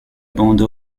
bande